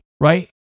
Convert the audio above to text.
right